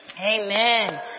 Amen